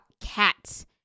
cats